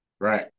Right